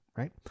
Right